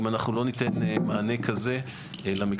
אם אנחנו לא ניתן מענה כזה למקצועות.